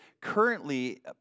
currently